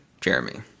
Jeremy